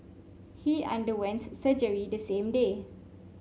he underwent surgery the same day